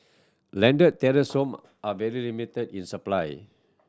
landed terrace home are very limited in supply